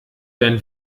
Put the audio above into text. dein